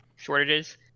shortages